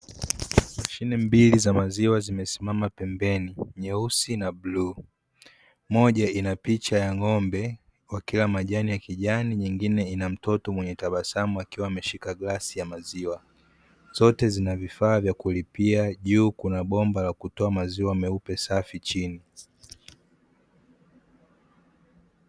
Mashine mbili za maziwa zimesimama pembeni, nyeusi na bluu. Moja ina picha ya ng'ombe wakila majani ya kijani, nyingine ina mtoto mwenye tabasamu akiwa ameshika glasi ya maziwa, zote zina vifaa vya kulipia. Juu kuna bomba la kutoa maziwa meupe, safi chini.